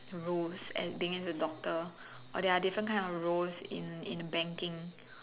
roles at being as a doctor or there are different kind of roles in in banking